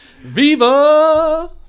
Viva